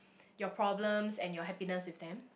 your problems and your happiness with them